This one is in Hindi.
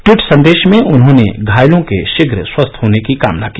ट्वीट संदेश में उन्होंने घायलों के शीघ्र स्वस्थ होने की कामना की